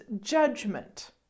judgment